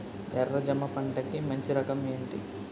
ఎర్ర జమ పంట కి మంచి రకం ఏంటి?